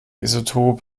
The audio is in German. isotop